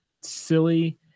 silly